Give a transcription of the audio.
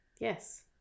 Yes